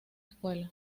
escuela